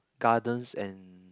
gardens and